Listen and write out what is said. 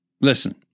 Listen